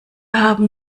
haben